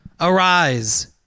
Arise